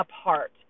apart